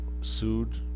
sued